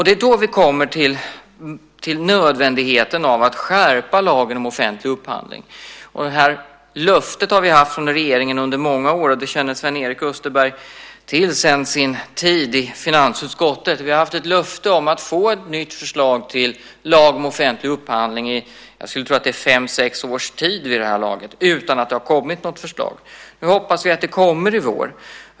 Det är då vi kommer till nödvändigheten av att skärpa lagen om offentlig upphandling. Och det har vi haft ett löfte om från regeringen under många år. Det känner Sven-Erik Österberg till sedan sin tid i finansutskottet. Vi har under fem sex års tid blivit lovade att få ett nytt förslag till lag om offentlig upphandling utan att det har kommit något förslag. Nu hoppas vi att det kommer i vår.